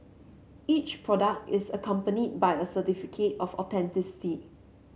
each product is accompanied by a certificate of authenticity